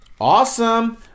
Awesome